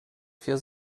vier